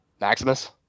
maximus